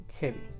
heavy